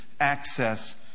access